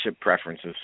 preferences